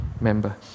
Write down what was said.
member